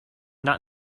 not